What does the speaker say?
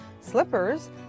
slippers